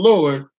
Lord